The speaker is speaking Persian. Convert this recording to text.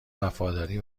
وفاداری